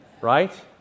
right